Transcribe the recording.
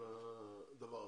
הדבר הזה,